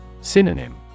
Synonym